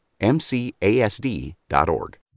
MCASD.org